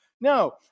No